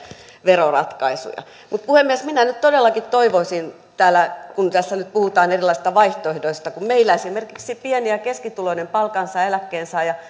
veroratkaisuja puhemies minä nyt todellakin toivoisin täällä kun tässä nyt puhutaan erilaisista vaihtoehdoista kun meillä esimerkiksi pieni ja keskituloinen palkansaaja ja eläkkeensaaja